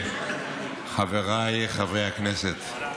חבריי חברי הכנסת,